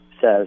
says